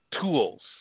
tools